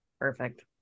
Perfect